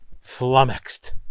flummoxed